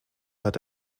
hat